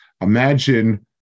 imagine